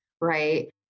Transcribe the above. right